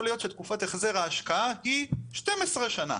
יכול להיות שתקופת החזר ההשקעה היא 12 שנה.